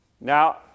Now